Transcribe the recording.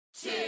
Two